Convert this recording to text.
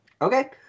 Okay